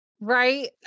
right